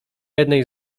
jednej